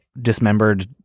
dismembered